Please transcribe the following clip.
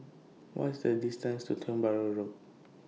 What IS The distance to Tiong Bahru Road